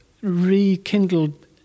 rekindled